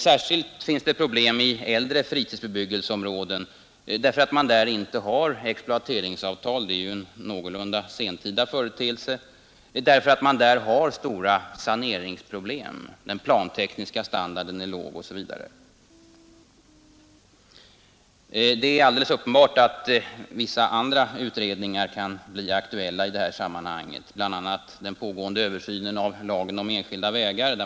Särskilt finns det problem i äldre fritidsbebyggelseområden, därför att man där inte har exploateringsavtal, som ju är en någorlunda sentida företeelse, och därför att man där har stora saneringsproblem, den plantekniska standarden är låg osv. Det är alldeles uppenbart att vissa andra utredningar kan bli aktuella i det här sammanhanget, bl.a. den pågående översynen av lagen om enskilda vägar.